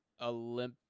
Olymp